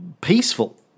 peaceful